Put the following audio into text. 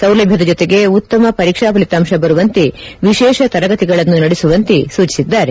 ಸೌಲಭ್ಯದ ಜೊತೆಗೆ ಉತ್ತಮ ಪರೀಕ್ಷಾ ಫಲಿತಾಂಶ ಬರುವಂತೆ ವಿಶೇಷ ತರಗತಿಗಳನ್ನು ನಡೆಸುವಂತೆ ಸೂಚಿಸಿದ್ದಾರೆ